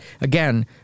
again